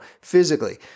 physically